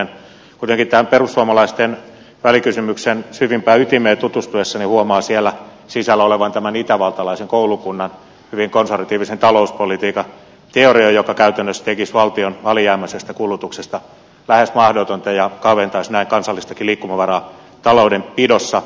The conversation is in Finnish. kuitenkin tähän perussuomalaisten välikysymyksen syvimpään ytimeen tutustuessani huomaan siellä sisällä olevan tämän itävaltalaisen koulukunnan hyvin konservatiivisen talouspolitiikan teorian joka käytännössä tekisi valtion alijäämäisestä kulutuksesta lähes mahdotonta ja kaventaisi näin kansallistakin liikkumavaraa taloudenpidossa